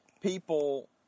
people